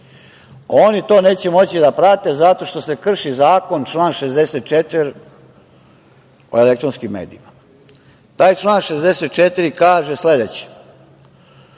Oni to neće moći da prate zato što se krši Zakon član 64. o elektronskim medijima. Taj član 64. kaže sledeće